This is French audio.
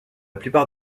plupart